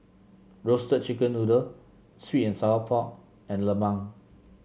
Roasted Chicken Noodle sweet and Sour Pork and lemang